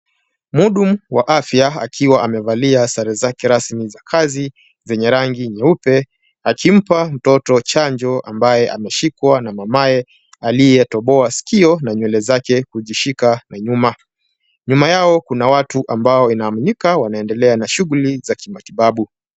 Mhudumu wa afya akiwa amevalia sare zake rasmi za kazi zenye rangi nyeupe, akimpa mtoto chanjo ambaye ameshikwa na mamaye, aliyetoboa sikio na nywele zake kujishika na nyuma. Nyuma yao kuna watu ambao inaamikika wanaendelea na shughuli za kimatibabu.